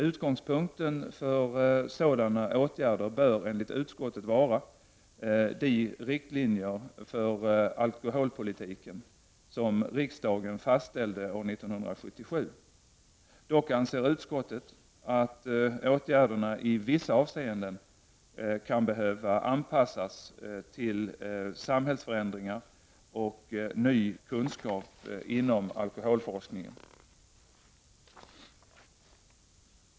Utgångspunkten för sådana åtgärder bör enligt utskottet vara de riktlinjer för alkoholpolitiken som riksdagen fastställde år 1977. Dock anser utskottet att åtgärderna i vissa avseenden kan behöva anpassas till samhällsförändringar och ny kunskap inom alkoholforskningen.